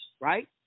right